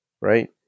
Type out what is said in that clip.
right